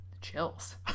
chills